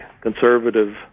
conservative